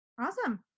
Awesome